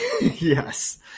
Yes